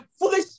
foolish